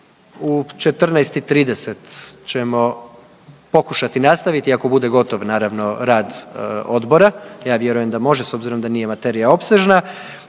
u 14 i 30 ćemo pokušati nastaviti ako bude gotov naravno rad odbora. Ja vjerujem da može s obzirom da nije materija opsežna